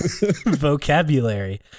Vocabulary